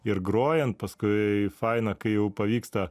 ir grojant paskui faina kai jau pavyksta